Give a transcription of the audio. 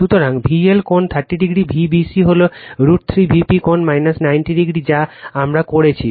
সুতরাং VL কোণ 30o Vbc হল √ 3 Vp কোণ 90o যা আমরা করেছি